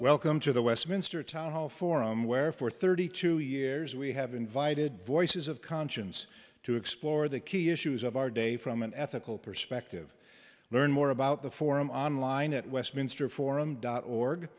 welcome to the westminster town hall forum where for thirty two years we have invited voices of conscience to explore the key issues of our day from an ethical perspective learn more about the forum online at westminster forum dot org